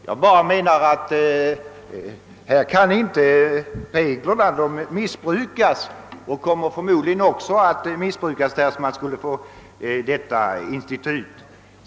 Jag anser att reglerna skulle kunna missbrukas, därest vi skulle in föra detta instrument med öppna hearings i riksdagens utskott.